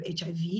HIV